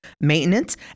maintenance